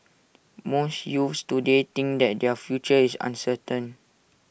most youths today think that their future is uncertain